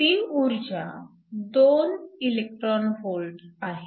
ती ऊर्जा 2 eV आहे